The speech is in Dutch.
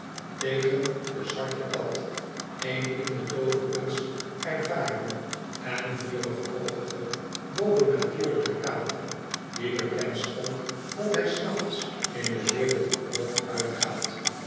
betegen de zwarte kat een in de tooverkunst ervaren en vurig oogige bovennatuurlijke kater die bekend stond dat hij s nachts in de wereld op roof uitgaat